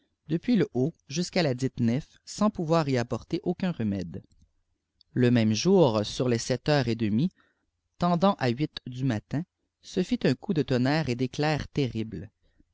depuis le haut jusqu'à ladite nef sans pouvoir y apporter aucua rmedé le mémo jour sur les sept heures et demie tendant à hît du ttittîéiii fii thfc coup de tonnerre et d'éctoir terrible